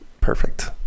perfect